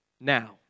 now